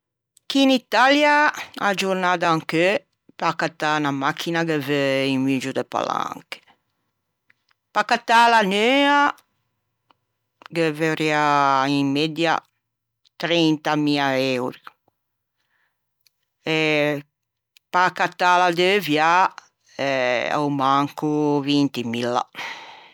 Chì in Italia a-a giornâ d'ancheu, pe accattâ unna machina ghe veu un muggio de palanche. Pe accattâla neua ghe vorrià in media trentamia euro e pe accattâla deuviâ a-o manco vintimilla.